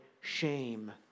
shame